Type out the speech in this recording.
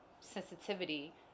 sensitivity